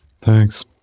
Thanks